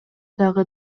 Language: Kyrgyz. дагы